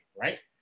right